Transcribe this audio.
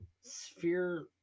sphere